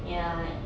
ya